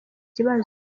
kibazo